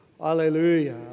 Hallelujah